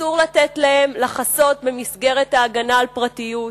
אסור לתת להם לחסות במסגרת ההגנה על פרטיות.